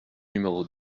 numéro